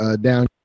down